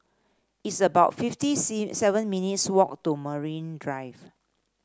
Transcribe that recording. it's about fifty C seven minutes' walk to Marine Drive